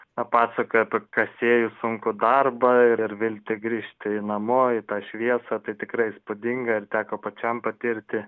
na pasakoja apie kasėjų sunkų darbą ir ir viltį grįžti namo į tą šviesą tai tikrai įspūdinga ir teko pačiam patirti